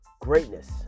greatness